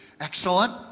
Excellent